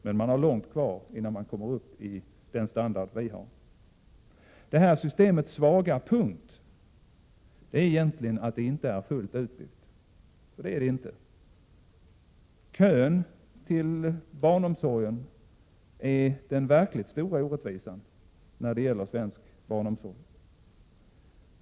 Man har dock långt kvar innan man kommer upp i samma standard som vi har. Det här systemets svaga punkt är egentligen att det inte är fullt utbyggt — för det är det ju inte. Kön till barnomsorgen utgör den verkligt stora orättvisan när det gäller svensk barnomsorg.